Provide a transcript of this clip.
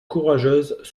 courageuses